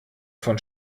von